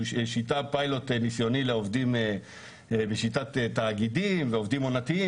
פיילוט ניסיוני לעובדים בשיטת תאגידים ועובדים עונתיים,